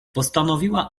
postanowiła